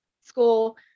school